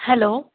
hello